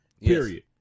Period